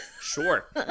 Sure